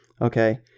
okay